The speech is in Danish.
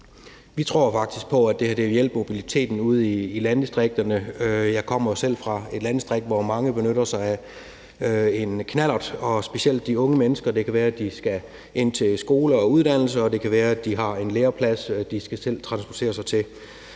Vi tror faktisk på, at det hjælper på mobiliteten ude i landdistrikterne. Jeg kommer jo selv fra et landdistrikt, hvor mange benytter sig af en knallert, specielt de unge mennesker, når de skal ind til skole eller uddannelse eller har en læreplads, som de selv skal transportere sig til.